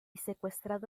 secuestrado